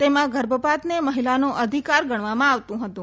તેમાં ગર્ભપાતને મહિલાનો અધિકાર ગણવામાં આવતું હતું